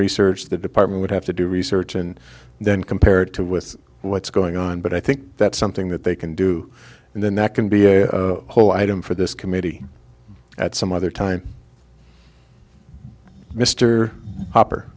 research the department would have to do research and then compared to with what's going on but i think that's something that they can do and then that can be a whole item for this committee at some other time mr hopper